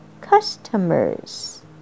Customers